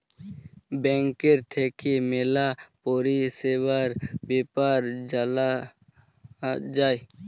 ব্যাংকের থাক্যে ম্যালা পরিষেবার বেপার জালা যায়